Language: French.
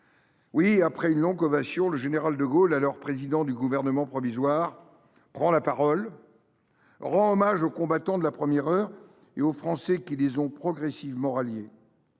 » Après une longue ovation, le général de Gaulle, alors président du Gouvernement provisoire, rendit hommage aux combattants de la première heure et aux Français qui les ont progressivement ralliés.